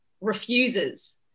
refuses